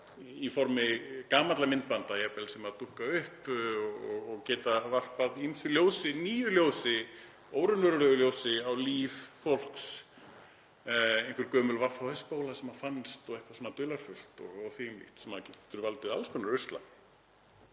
í formi gamalla myndbanda jafnvel sem dúkka upp og geta varpað ýmsu ljósi, nýju ljósi, óraunverulegu ljósi, á líf fólks, einhver gömul VHS-spóla sem fannst og eitthvað svona dularfullt og því um líkt sem getur valdið alls konar usla.